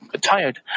tired